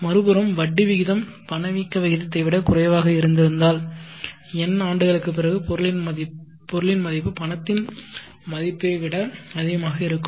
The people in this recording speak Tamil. மறுபுறம் வட்டி விகிதம் பணவீக்க விகிதத்தை விடக் குறைவாக இருந்திருந்தால் n ஆண்டுகளுக்குப் பிறகு பொருளின் மதிப்பு பணத்தின் பணத்தின் மதிப்பை விட அதிகமாக இருக்கும்